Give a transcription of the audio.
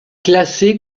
classée